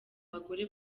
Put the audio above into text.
abagore